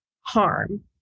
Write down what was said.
harm